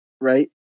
right